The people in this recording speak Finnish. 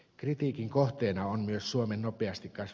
kritiikin kohteena on myös suomen nopeasti jos